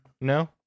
No